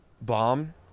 bomb